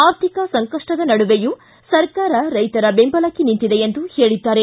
ಆರ್ಥಿಕ ಸಂಕಷ್ಟದ ನಡುವೆಯೂ ಸರ್ಕಾರ ರೈತರ ಬೆಂಬಲಕ್ಕೆ ನಿಂತಿದೆ ಎಂದು ಹೇಳಿದ್ದಾರೆ